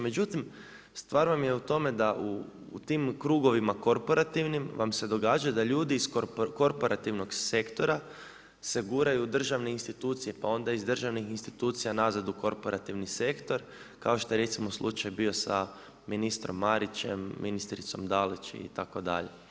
Međutim, stvar vam je u tome da u tim krugovima korporativnim vam se događa da ljudi iz korporativnom sektora se guraju u državne institucije pa onda iz državnih institucija nazad u korporativni sektor, kao što je recimo bio slučaj sa ministrom Marićem, ministricom Dalić itd.